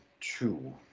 two